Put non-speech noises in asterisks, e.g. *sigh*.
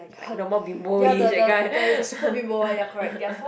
like the more bimboish that kind *laughs*